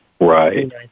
Right